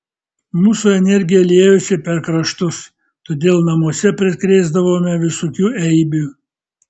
mūsų energija liejosi per kraštus todėl namuose prikrėsdavome visokių eibių